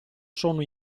sono